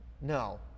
no